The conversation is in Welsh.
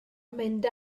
mynd